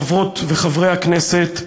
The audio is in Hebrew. חברות וחברי הכנסת,